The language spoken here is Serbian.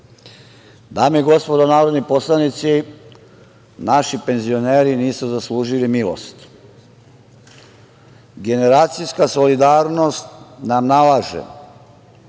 i gospodo narodni poslanici, naši penzioneri nisu zaslužili milost. Generacijska solidarnost nam nalaže